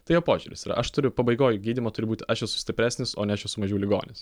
tai jo požiūris yra aš turiu pabaigoj gydymo turiu būti aš esu stipresnis o ne aš esu mažiau ligonis